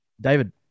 david